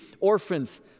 orphans